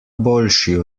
boljši